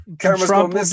Trump